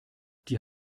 die